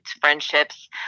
friendships